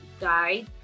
guide